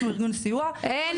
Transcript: אנחנו ארגון סיוע -- לא,